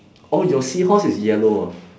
oh your seahorse is yellow ah